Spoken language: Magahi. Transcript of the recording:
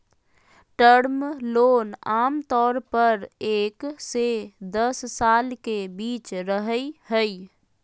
टर्म लोन आमतौर पर एक से दस साल के बीच रहय हइ